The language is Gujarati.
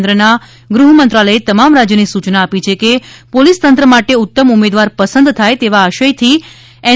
કેન્દ્રના ગૃહ મંત્રાલયે તમામ રાજ્યને સૂચના આપી છે કે પોલિસ તંત્ર માટે ઉત્તમ ઉમેદવાર પસંદ થાય તેવા આશય થી એન